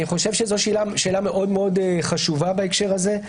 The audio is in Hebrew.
זו שאלה מאוד חשובה בהקשר הזה.